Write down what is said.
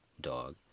dog